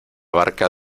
barca